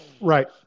Right